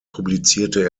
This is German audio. publizierte